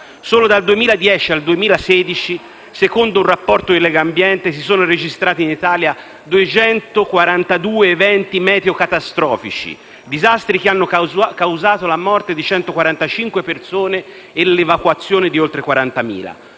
Solo dal 2010 al 2016, secondo un rapporto di Legambiente, si sono registrati in Italia 242 eventi meteo catastrofici, disastri che hanno causato la morte di 145 persone e l'evacuazione di oltre 40.000: